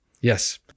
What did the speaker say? Yes